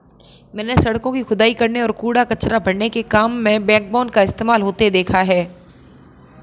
मैंने सड़कों की खुदाई करने और कूड़ा कचरा भरने के काम में बैकबोन का इस्तेमाल होते देखा है